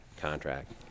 contract